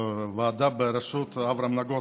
ועדה בראשות אברהם נגוסה.